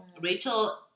Rachel